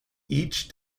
each